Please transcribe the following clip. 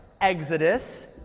Exodus